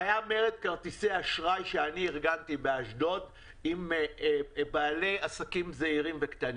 היה מרד כרטיסי אשראי אני ארגנתי באשדוד עם בעלי עסקים זעירים וקטנים.